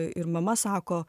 ir mama sako